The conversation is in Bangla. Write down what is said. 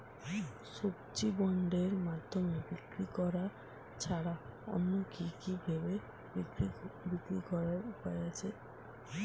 সবজি বন্ডের মাধ্যমে বিক্রি করা ছাড়া অন্য কি কি ভাবে বিক্রি করার উপায় আছে?